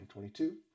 2022